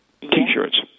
t-shirts